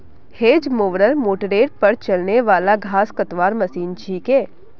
hedge mower मोटरेर पर चलने वाला घास कतवार मशीन छिके